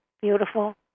beautiful